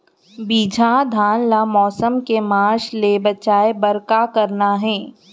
बिजहा धान ला मौसम के मार्च ले बचाए बर का करना है?